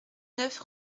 neuf